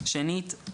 שנית,